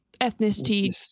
ethnicity